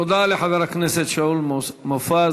תודה לחבר הכנסת שאול מופז.